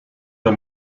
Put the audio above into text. the